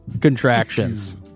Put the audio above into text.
contractions